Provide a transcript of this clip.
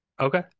okay